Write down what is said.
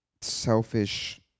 selfish